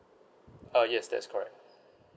ah yes that's correct